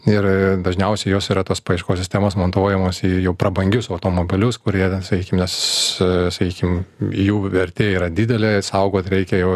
ir dažniausiai jos yra tos paieškos sistemos montuojamos į jau prabangius automobilius kurie sakykim nes sakykim jų vertė yra didelė jas saugot reikia jau